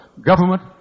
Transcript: government